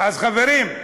חברים,